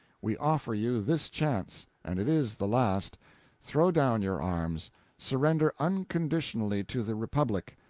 we offer you this chance, and it is the last throw down your arms surrender unconditionally to the republic,